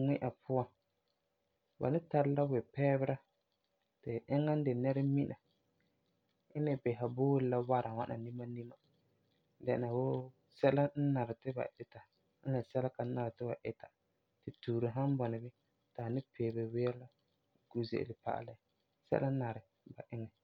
ŋmi'a puan, ba ni tara la wipɛɛbera ti eŋa n de mɛremina n ni bisera boole la wara ŋwana nima nima, dɛna wuu sɛla n nari ti la ita n la sɛla n ka nari ti la ita, ti tuure san bɔna bini ti a ni peebe wia la, gu ze'ele, pa'alɛ sɛla n nari ti ba iŋɛ.